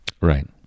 Right